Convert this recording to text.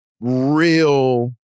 real